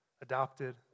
adopted